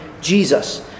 Jesus